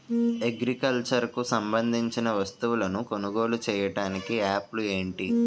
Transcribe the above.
Agriculture కు సంబందించిన వస్తువులను కొనుగోలు చేయటానికి యాప్లు ఏంటి?